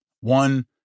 One